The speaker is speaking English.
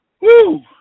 Woo